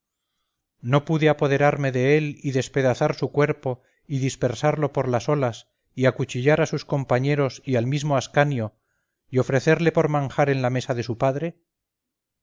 no pude apoderarme de él y despedazar su cuerpo y dispersarlo por las olas y acuchillar a sus compañeros y al mismo ascanio y ofrecerle por manjar en la mesa de su padre